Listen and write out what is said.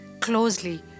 closely